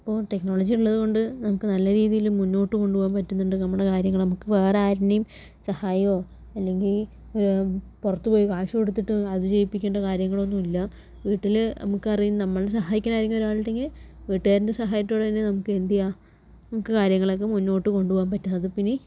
ഇപ്പോൾ ടെക്നോളജി ഉള്ളതുകൊണ്ട് നമുക്ക് നല്ല രീതിയിൽ മുന്നോട്ടു കൊണ്ടുപോകാൻ പറ്റുന്നുണ്ട് നമ്മുടെ കാര്യങ്ങൾ നമുക്ക് വേറെ ആരുടെയും സഹായമോ അല്ലെങ്കിൽ ഒരു പുറത്തുപോയി കാശു കൊടുത്തിട്ട് അത് ചെയ്യിപ്പിക്കേണ്ട കാര്യങ്ങൾ ഒന്നും ഇല്ല വീട്ടില് നമുക്കറിയുന്ന നമ്മളെ സഹായിക്കണ ആരെങ്കിലും ഒരാളുണ്ടെങ്കിൽ വീട്ടുകാരുടെ സഹായത്തോടെ തന്നെ നമുക്ക് എന്ത് ചെയ്യാം നമുക്ക് കാര്യങ്ങളൊക്കെ മുന്നോട്ടു കൊണ്ടുപോകാൻ പറ്റണത് അപ്പോൾ ഇനി